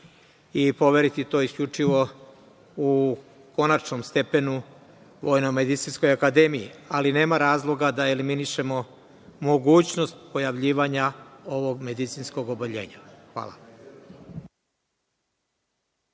to poveriti isključivo u konačnom stepenu VMA, ali nema razloga da eliminišemo mogućnost pojavljivanja ovog medicinskog oboljenja. Hvala.